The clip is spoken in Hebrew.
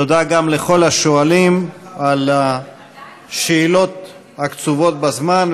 תודה גם לכל השואלים על השאלות הקצובות בזמן,